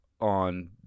on